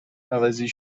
عوضی